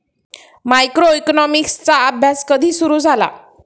मायक्रोइकॉनॉमिक्सचा अभ्यास कधी सुरु झाला?